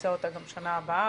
נבצע אותה גם בשנה הבאה,